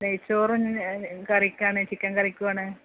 നെയ്ച്ചോറും കറിക്കാണ് ചിക്കൻക്കറിക്കുവാണ്